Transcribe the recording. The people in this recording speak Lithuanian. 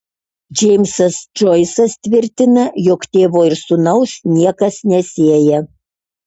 džeimsas džoisas tvirtina jog tėvo ir sūnaus niekas nesieja